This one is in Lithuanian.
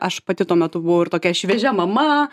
aš pati tuo metu buvau ir tokia šviežia mama